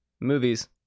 movies